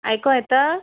आयको येता